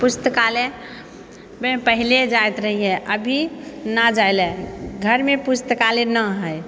पुस्तकालय मे पहिले जाइत रहियै अभी ना जाइले घर मे पुस्तकालय नऽ हय